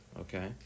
Okay